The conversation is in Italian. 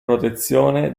protezione